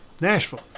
Nashville